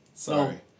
Sorry